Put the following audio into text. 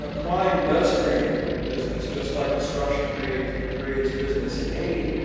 ah crime does create business just like destruction creates creates business in haiti.